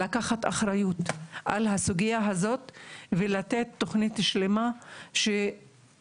לקחת אחריות על הסוגיה הזאת ולתת תכנית שלמה שנתחיל